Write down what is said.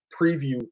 preview